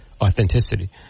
authenticity